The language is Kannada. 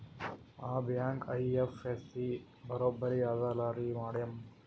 ಆ ಬ್ಯಾಂಕ ಐ.ಎಫ್.ಎಸ್.ಸಿ ಬರೊಬರಿ ಅದಲಾರಿ ಮ್ಯಾಡಂ?